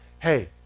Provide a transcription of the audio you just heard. hey